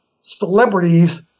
celebrities